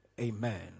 Amen